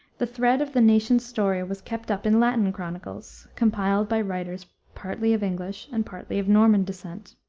the thread of the nation's story was kept up in latin chronicles, compiled by writers partly of english and partly of norman descent.